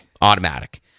Automatic